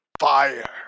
Fire